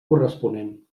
corresponent